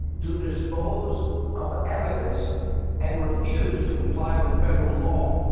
to dispose of evidence and refused to comply with federal law.